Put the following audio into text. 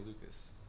lucas